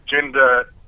gender